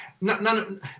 none